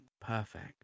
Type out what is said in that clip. perfect